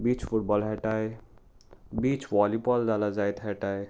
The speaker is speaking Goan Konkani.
बीच फुटबॉल खेळटाय बीच वॉलीबॉल जाल्यार जायत खेळटाय